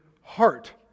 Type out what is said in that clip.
heart